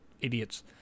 idiots